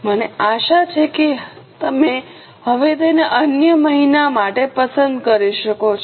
મને આશા છે કે તમે હવે તેને અન્ય મહિના માટે પસંદ કરી શકો છો